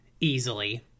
easily